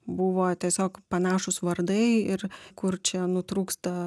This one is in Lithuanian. buvo tiesiog panašūs vardai ir kur čia nutrūksta